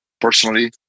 personally